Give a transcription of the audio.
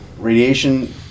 radiation